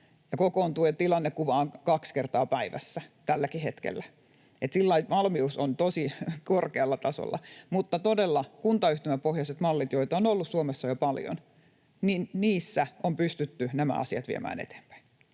kokoonnutaan kaksi kertaa päivässä tälläkin hetkellä, joten valmius on tosi korkealla tasolla. Mutta todella kuntayhtymäpohjaisilla malleilla, joita on ollut Suomessa jo paljon, on pystytty nämä asiat viemään eteenpäin.